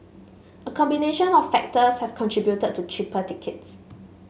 a combination of factors have contributed to cheaper tickets